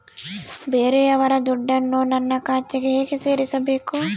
ಬೇರೆಯವರ ದುಡ್ಡನ್ನು ನನ್ನ ಖಾತೆಗೆ ಹೇಗೆ ಸೇರಿಸಬೇಕು?